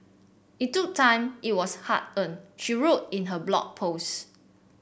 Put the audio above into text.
it took time it was hard earned she wrote in her Blog Post